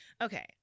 Okay